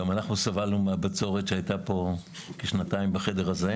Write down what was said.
גם אנחנו סבלנו מהבצורת שהייתה פה כשנתיים בחדר הזה.